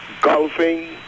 Golfing